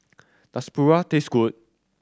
does paru taste good